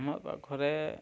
ଆମ ପାଖରେ